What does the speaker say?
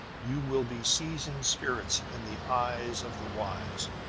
you will be seasoned spirits in the eyes of the wise.